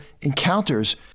encounters